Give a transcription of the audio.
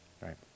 right